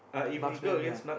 marksman ya